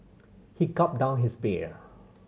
he gulped down his beer